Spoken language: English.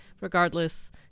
regardless